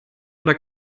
oder